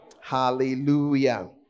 Hallelujah